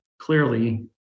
clearly